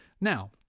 Now